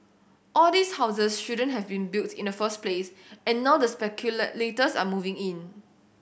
all these houses shouldn't have been built in the first place and now the speculators are moving in